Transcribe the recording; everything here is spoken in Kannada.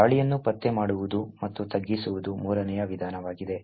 ದಾಳಿಯನ್ನು ಪತ್ತೆ ಮಾಡುವುದು ಮತ್ತು ತಗ್ಗಿಸುವುದು ಮೂರನೇ ವಿಧಾನವಾಗಿದೆ